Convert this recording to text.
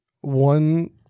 one